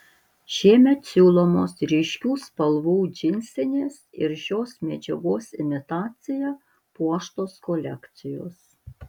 šiemet siūlomos ryškių spalvų džinsinės ir šios medžiagos imitacija puoštos kolekcijos